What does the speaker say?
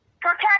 protect